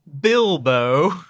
Bilbo